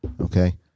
Okay